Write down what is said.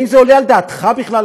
האם זה עולה על דעתך בכלל,